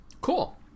Cool